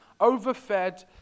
overfed